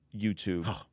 YouTube